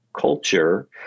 culture